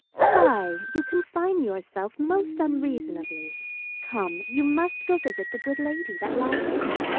fie, you confine yourself most unreasonably come, you must go visit the good lady that lies in.